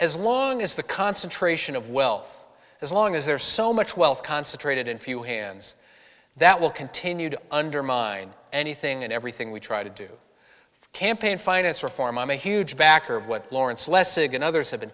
as long as the concentration of wealth as long as there's so much wealth concentrated in few hands that will continue to undermine anything and everything we try to do campaign finance reform i'm a huge backer of what lawrence lessig and others have been